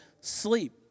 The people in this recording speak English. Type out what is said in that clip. sleep